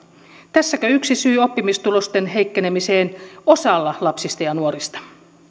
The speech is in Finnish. tässäkö yksi syy oppimistulosten heikkenemiseen osalla lapsista ja nuorista